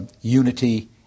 unity